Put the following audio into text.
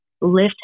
lift